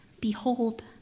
Behold